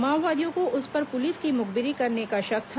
माओवादियों को उस पर पुलिस की मुखबिरी करने का शक था